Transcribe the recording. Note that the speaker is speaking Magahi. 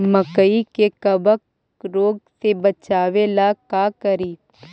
मकई के कबक रोग से बचाबे ला का करि?